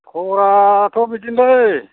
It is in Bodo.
खब'रआथ' बिदिनो नै